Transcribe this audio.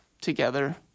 together